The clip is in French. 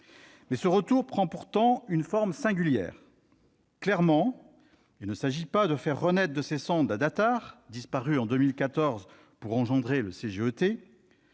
ce retour prend une forme singulière. Clairement, il ne s'agit pas de faire renaître de ses cendres la Datar, disparue en 2014 pour engendrer le CGET.